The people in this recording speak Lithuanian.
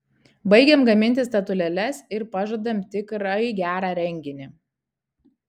baigiam gaminti statulėles ir pažadam tikrai gerą renginį